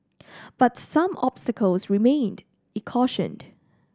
but some obstacles remained cautioned